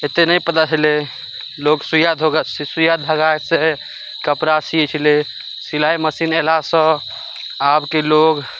एते नहि पता छलै लोग सुइया सुइया धगा से कपड़ा सी छलै सिलाइ मशीन अयलाह सऽ आबके लोग